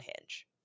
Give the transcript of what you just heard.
hinge